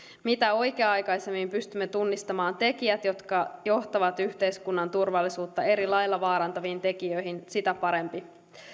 mitä oikea aikaisemmin pystymme tunnistamaan tekijät jotka johtavat yhteiskunnan turvallisuutta erilailla vaarantaviin tekijöihin sitä parempi